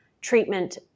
treatment